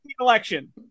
election